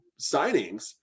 signings